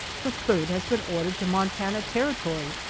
the third has been ordered to montana territory!